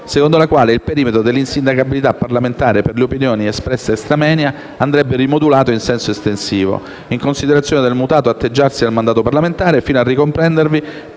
secondo la quale il perimetro dell'insindacabilità parlamentare per le opinioni espresse *extra moenia* andrebbe rimodulato in senso estensivo, in considerazione del mutato atteggiarsi del mandato parlamentare, fino a ricomprendervi